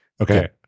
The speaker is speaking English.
okay